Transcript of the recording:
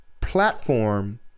platform